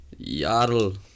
Yarl